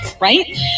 right